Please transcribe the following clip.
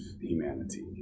humanity